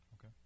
Okay